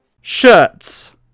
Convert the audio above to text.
Shirts